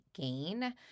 gain